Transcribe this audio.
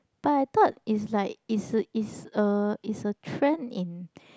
but I thought is like is a is a is a trend in